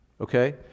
okay